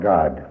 God